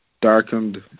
darkened